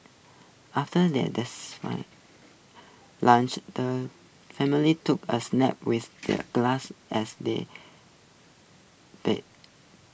after their lunch the family took A snap with the grass as their bed